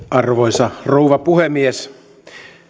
arvoisa rouva puhemies